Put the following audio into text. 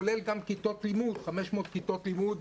כולל גם 500 כיתות לימוד,